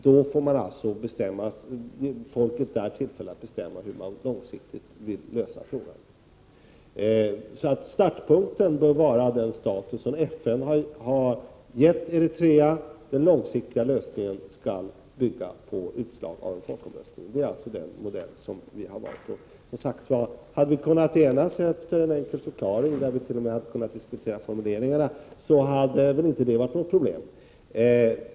Då får folket tillfälle att bestämma hur det långsiktigt vill lösa frågan. Startpunkten bör vara den status som FN har gett Eritrea, den långsiktiga lösningen skall bygga på utslag av en folkomröstning. Det är den modell som vi har valt. Hade vi kunnat enas efter en enkel förklaring, så att vi t.o.m. hade kunnat diskutera formuleringen, hade inte det varit något problem.